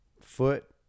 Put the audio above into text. foot